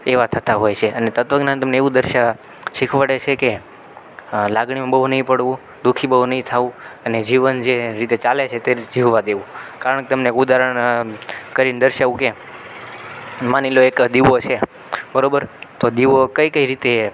એવા થતાં હોય છે અને તત્વજ્ઞાન તમને એવું દર્શાવે શિખવાડે છે કે લાગણીમાં બહુ નહીં પડવું દુ ખી બહુ નહીં થવું અને જીવન જે રીતે ચાલે તે રીતે જીવવા દેવું કારણ કે તમને એક ઉદાહરણ આપીને દર્શાવું કે માની લો એક દીવો છે બરોબર તો દીવો કઈ કઈ રીતે